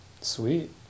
Sweet